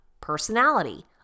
personality